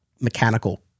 mechanical